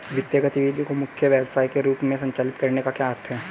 वित्तीय गतिविधि को मुख्य व्यवसाय के रूप में संचालित करने का क्या अर्थ है?